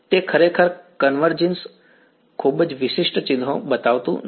તે ખરેખર કન્વર્જિંગ ખૂબ વિશિષ્ટ ચિહ્નો બતાવતું નથી